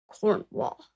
Cornwall